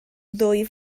ddwy